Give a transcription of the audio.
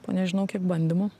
po nežinau kiek bandymų